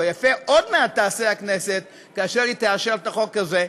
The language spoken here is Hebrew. או יפה עוד מעט תעשה הכנסת כאשר היא תאשר את החוק הזה.